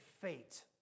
fate